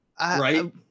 Right